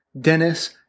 Dennis